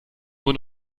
nur